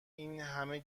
اینهمه